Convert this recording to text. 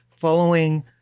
following